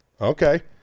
Okay